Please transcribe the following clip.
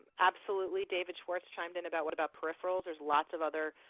absolutely, david schwartz chimed in about what about peripherals? lots of other